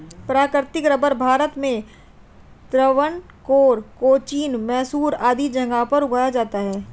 प्राकृतिक रबर भारत में त्रावणकोर, कोचीन, मैसूर आदि जगहों पर उगाया जाता है